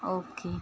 okay